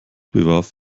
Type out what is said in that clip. bewarb